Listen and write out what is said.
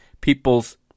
people's